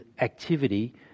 activity